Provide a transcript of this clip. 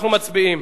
אנחנו מצביעים.